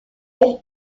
elle